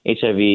HIV